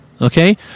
Okay